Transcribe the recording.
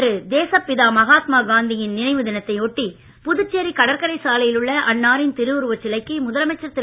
இன்று தேசப்பிதா மகாத்மா காந்தியின் நினைவு தினத்தையொட்டி புதுச்சேரி கடற்கரை சாலையிலுள்ள அவரது திருவுருவச்சிலைக்கு முதலமைச்சர் திரு